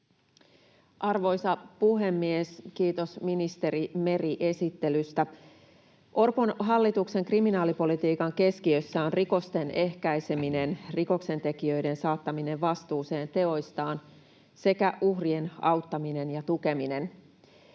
Arvoisa puhemies! Kiitos, ministeri Meri, esittelystä. Orpon hallituksen kriminaalipolitiikan keskiössä on rikosten ehkäiseminen, rikoksentekijöiden saattaminen vastuuseen teoistaan sekä uhrien auttaminen ja tukeminen.